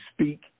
speak